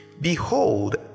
behold